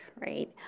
right